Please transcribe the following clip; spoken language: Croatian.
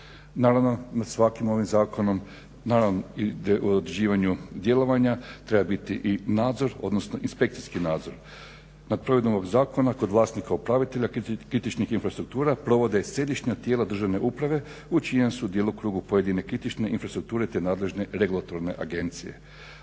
Naravno nad svakim ovim zakonom naravno i određivanju djelovanja treba biti i nadzor, odnosno inspekcijski nadzor. Nad provedbom ovog zakona kod vlasnika upravitelja kritičnih infrastruktura provode Središnja tijela državne uprave u čijem su djelokrugu pojedine kritične infrastrukture te nadležne regulatorne agencije.